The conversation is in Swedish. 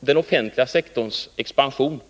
den offentliga sektorns expansion.